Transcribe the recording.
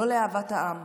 לא לאהבת העם,